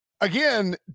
Again